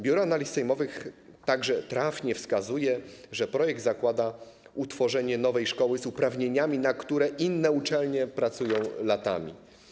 Biuro Analiz Sejmowych trafnie wskazuje także, że projekt zakłada utworzenie nowej szkoły z uprawnieniami, na które inne uczelnie pracują latami.